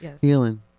Healing